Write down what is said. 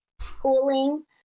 cooling